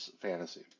fantasy